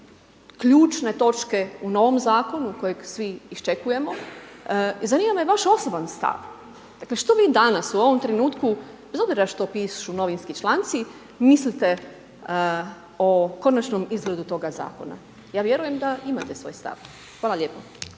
ključne točke u novom zakonu kojeg svi iščekujemo i zanima me vaš osoban stav. Dakle, što vi danas u ovom trenutku bez obzira što pišu novinski članci mislite o konačnom izgledu toga zakona. Ja vjerujem da imate svoj stav. Hvala lijepo.